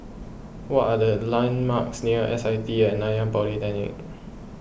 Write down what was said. what are the landmarks near S I T at Nanyang Polytechnic